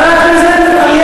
להצביע בעד התקציב זה אחריות.